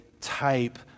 type